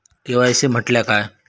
KYC म्हटल्या काय?